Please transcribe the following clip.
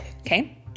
okay